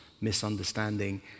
misunderstanding